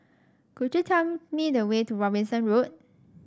could you tell me the way to Robinson Road